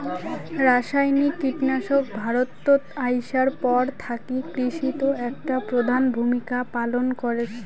রাসায়নিক কীটনাশক ভারতত আইসার পর থাকি কৃষিত একটা প্রধান ভূমিকা পালন করসে